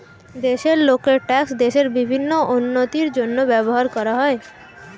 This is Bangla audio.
দেশের লোকের ট্যাক্স দেশের বিভিন্ন উন্নতির জন্য ব্যবহার করা হয়